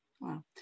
Wow